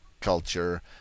culture